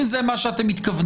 אם זה מה שאתם מתכוונים,